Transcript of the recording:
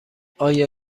آیا